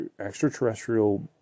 extraterrestrial